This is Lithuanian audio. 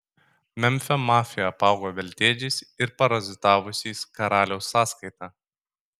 memfio mafija apaugo veltėdžiais ir parazitavusiais karaliaus sąskaita